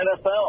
NFL